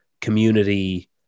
community